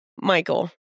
Michael